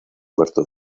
cuarto